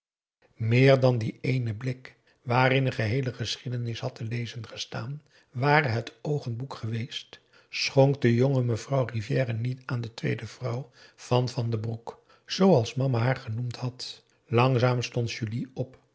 meer dan dien éénen blik waarin een geheele geschiedenis had te lezen gestaan ware het oog een boek geweest schonk de jonge mevrouw rivière niet aan de tweede vrouw van van den broek zooals mama haar genoemd had langzaam stond julie op